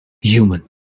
human